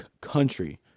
country